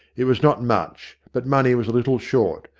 it was not much, but money was a little short,